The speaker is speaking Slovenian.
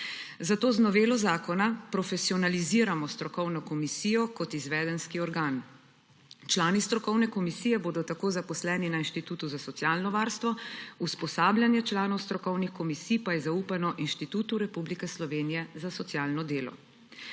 zato z novelo zakona profesionaliziramo strokovno komisijo kot izvedenski organ. Člani strokovne komisije bodo tako zaposleni na Inštitutu za socialno varstvo, usposabljanje članov strokovnih komisij pa je zaupano Inštitutu Republike Slovenije za socialno